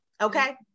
okay